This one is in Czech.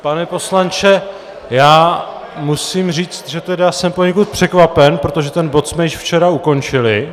Pane poslanče, já musím říct, že tedy jsem poněkud překvapen, protože ten bod jsme již včera ukončili...